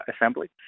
assembly